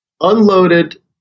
unloaded